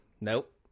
Nope